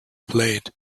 played